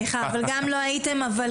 לא הייתם פה,